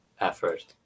effort